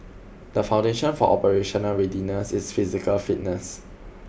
the foundation for operational readiness is physical fitness